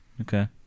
Okay